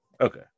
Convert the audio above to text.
Okay